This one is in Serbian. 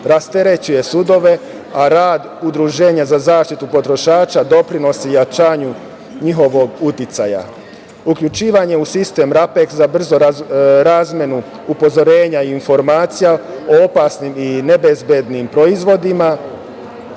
rasterećuje sudove, a rad udruženja za zaštitu potrošača doprinosi jačanju njihovog uticaja. Uključivanje u sistem RAPEKS, za brzu razmenu upozorenja i informacija, o opasnim i nebezbednim proizvodima,